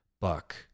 Buck